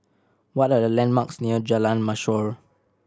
what are the landmarks near Jalan Mashor